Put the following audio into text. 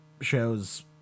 shows